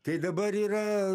tai dabar yra